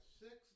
six